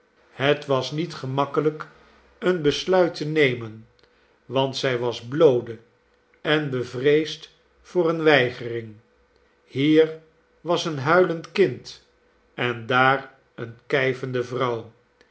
het was niet gemakkelijk een besluit te nemen want zij was bloode en bevreesd voor eene weigering hier was een huilend kind en daar eene kijvende